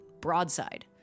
broadside